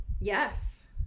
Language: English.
Yes